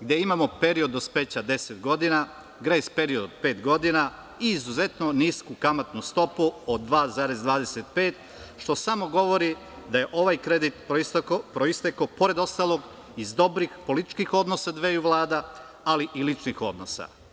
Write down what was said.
gde imamo period dospeća 10 godina, grejs period pet godina i izuzetno nisku kamatnu stopu od 2,25 što samo govori da je ovaj kredit proistekao pored ostalog iz dobrih političkih odnosa dveju vlada ali i ličnih odnosa.